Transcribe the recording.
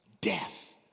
death